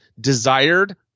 desired